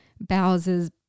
Bowser's